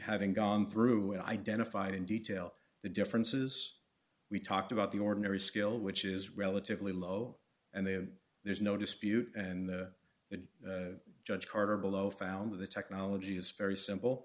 having gone through it identified in detail the differences we talked about the ordinary scale which is relatively low and then there's no dispute and that judge carter below found that the technology is very simple